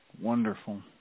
Wonderful